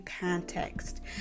context